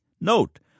Note